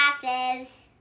glasses